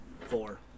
Four